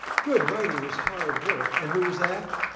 good writing is hard work. and who was that?